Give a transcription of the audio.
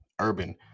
urban